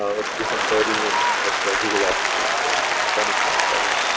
um let's do some coding and at the google offices in venice, california,